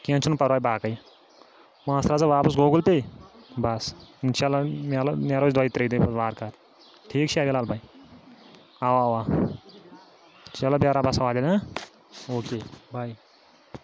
کینٛہہ چھُنہٕ پَرواے باقٕے پٲنٛسہٕ ترٛاو سا واپَس گوٗگٕل پے بَس اِنشاء اللہ میلہٕ نیرو أسۍ دۄیہِ ترٛیٚیہِ دۄہہِ پَتہٕ وارٕ کار ٹھیٖک چھا ہِلال بَے اَوا اَوا چلو بیٚہہ رۄبَس حَوالہٕ تیٚلہِ ہہ اوکے بَے